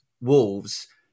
Wolves